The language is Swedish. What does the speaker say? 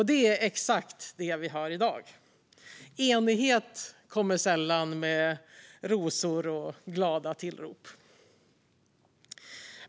Det är exakt vad vi hör i dag. Enighet kommer sällan med rosor och glada tillrop.